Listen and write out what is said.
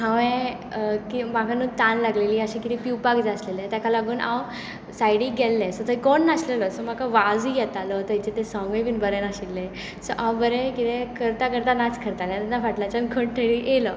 हांवें म्हाका न्हय तान लागिल्ली अशें कितें पिवपाक जाय आसलें ताका लागून हांव सायडीक गेल्लें सो थंय कोण नासिल्लो म्हाका वाजूय येतालो थंय ताचे ते साँगूय बी बरें नाशिल्लें सो हांव बरें कितें करता करता नाच करताले सो तेन्ना फाटल्याच्यान कोण तरी आयलो